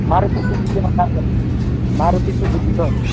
मारुती सुजुकीमा काम गरेको मारुती सुजुकी सर